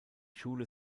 schule